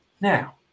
Now